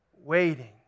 waiting